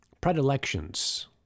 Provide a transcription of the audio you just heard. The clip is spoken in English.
predilections